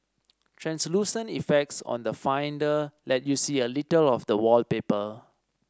translucent effects on the finder let you see a little of the wallpaper